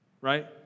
right